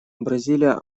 бразилия